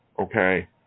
Okay